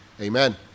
Amen